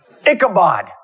Ichabod